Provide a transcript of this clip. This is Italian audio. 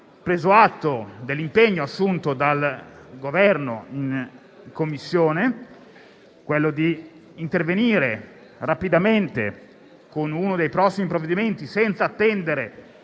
preso atto dell'impegno assunto dal Governo in Commissione circa il fatto di intervenire rapidamente con uno dei prossimi provvedimenti, senza attendere